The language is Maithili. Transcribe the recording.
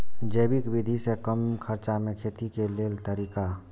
जैविक विधि से कम खर्चा में खेती के लेल तरीका?